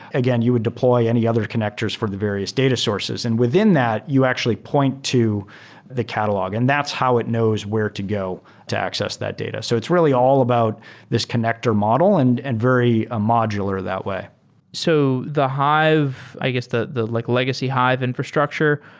again, you would deploy any other connectors for various data sources. and within that, you actually point to the catalog, and that's how it knows where to go to access that data. so it's really all about this connector model and and very ah modular that way so the hive i guess, the the like legacy hive infrastructure.